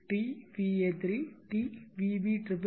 t va3 t vb triple t vc3